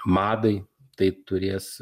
madai tai turės